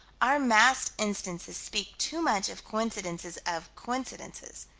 our massed instances speak too much of coincidences of coincidences.